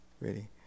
ready